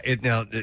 Now